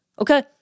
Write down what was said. okay